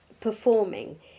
performing